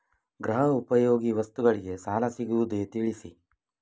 ಗೃಹ ಉಪಯೋಗಿ ವಸ್ತುಗಳಿಗೆ ಸಾಲ ಸಿಗುವುದೇ ತಿಳಿಸಿ?